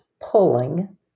pulling